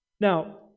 Now